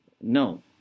no